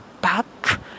back